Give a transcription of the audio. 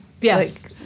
Yes